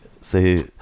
say